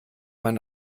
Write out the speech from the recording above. man